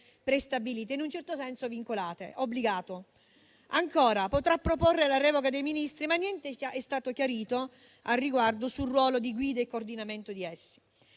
prestabilite, in un certo senso vincolate e obbligate. Ancora, potrà proporre la revoca dei Ministri, ma niente è stato chiarito sul ruolo di guida e coordinamento degli